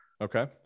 okay